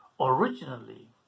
Originally